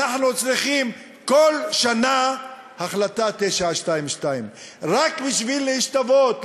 אנחנו צריכים כל שנה החלטה 922. רק בשביל להשתוות,